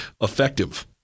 effective